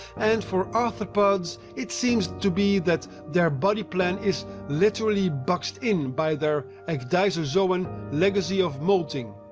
and for arthropods it seems to be that their body plan is literally boxed in by their ecdysozoan legacy of molting.